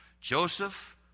Joseph